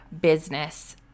business